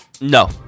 No